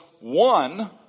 one